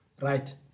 Right